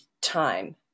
time